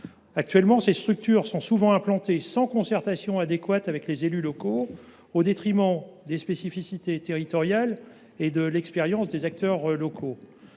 En effet, ces structures sont souvent implantées sans concertation adéquate avec les élus locaux, au détriment des spécificités territoriales et de l’expérience des acteurs locaux.